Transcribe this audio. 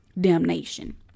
damnation